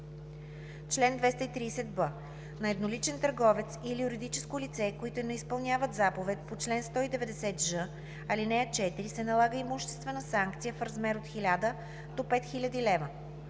Чл. 230б. На едноличен търговец или юридическо лице, които не изпълнят заповед по чл. 190ж, ал. 4, се налага имуществена санкция в размер от 1000 до 5000 лв.